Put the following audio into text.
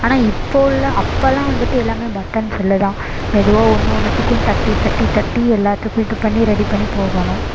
ஆனால் இப்போ உள்ள அப்போல்லாம் வந்துட்டு எல்லாமே பட்டன் செல்லு தான் மெதுவாக ஒன்று ஒன்றுத்துக்கும் தட்டித் தட்டித் தட்டி எல்லாத்துக்கும் இது பண்ணி ரெடி பண்ணிப் போகணும்